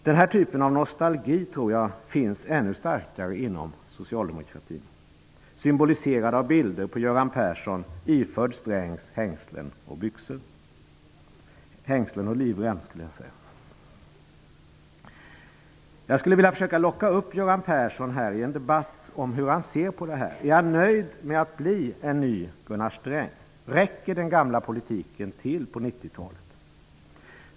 Denna typ av nostalgi finns ännu starkare tror jag inom socialdemokratin, symboliserad av bilder på Jag skulle vilja försöka locka Göran Persson upp i en debatt om hur han ser på det här. Är han nöjd med att bli en ny Gunnar Sträng? Räcker den gamla politiken till på 90-talet?